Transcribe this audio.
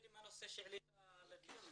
תתמודד עם הנושא שהעלית לדיון.